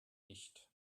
nicht